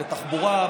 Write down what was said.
בתחבורה,